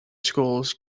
schools